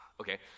okay